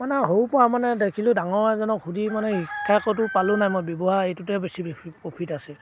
মানে সৰুৰ পৰা মানে দেখিলোঁ ডাঙৰ এজনক সুধি মানে শিক্ষাকতো পালোনে মই ব্যৱহাৰ এইটোতে বেছি পেফি প্ৰফিট আছে